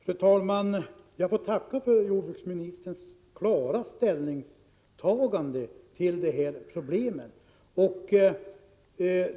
Fru talman! Jag tackar för jordbruksministerns klara ställningstagande i fråga om detta problem.